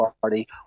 party